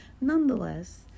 nonetheless